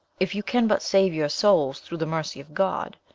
if you can but save your souls through the mercy of god,